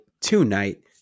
tonight